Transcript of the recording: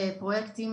פרויקטים